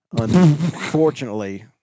unfortunately